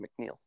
McNeil